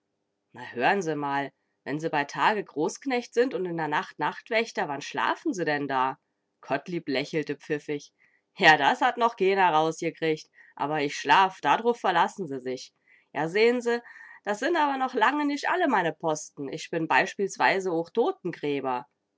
na hör'n se mal wenn se bei tage großknecht sind und in der nacht nachtwächter wann schlafen se denn da gottlieb lächelte pfiffig ja das hat noch keener rausgekriegt aber ich schlaf dadruff verlassen se sich ja sehn se das sind aber noch lange nich alle meine posten ich bin beispielsweise